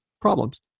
problems